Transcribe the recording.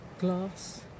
glass